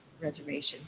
reservation